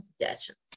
suggestions